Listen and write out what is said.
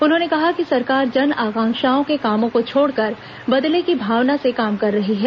उन्होंने कहा कि सरकार जन आकांक्षाओं के कामों को छोड़कर बदले की भावना से काम कर रही है